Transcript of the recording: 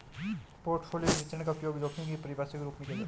portfolio के विचरण का उपयोग जोखिम की परिभाषा के रूप में किया जाता है